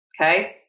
Okay